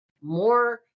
more